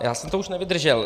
Já jsem to už nevydržel.